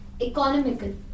economical